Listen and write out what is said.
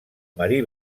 marí